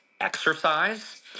exercise